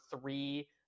three